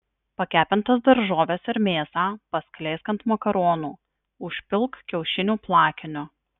pakepintas daržoves ir mėsą paskleisk ant makaronų užpilk kiaušinių plakiniu